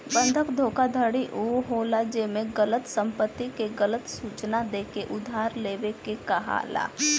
बंधक धोखाधड़ी उ होला जेमे गलत संपत्ति के गलत सूचना देके उधार लेवे के कहाला